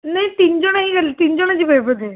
ନାଇଁ ତିନି ଜଣ ହେଇଗଲେ ତିନି ଜଣ ଯିବେ ବୋଧେ